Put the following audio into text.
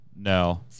No